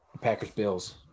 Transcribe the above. Packers-Bills